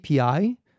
API